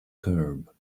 curb